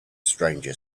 stranger